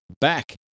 back